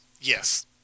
Yes